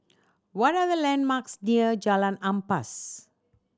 what are the landmarks near Jalan Ampas